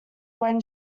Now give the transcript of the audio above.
when